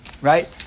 Right